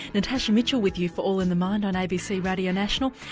natasha mitchell with you for all in the mind on abc radio national.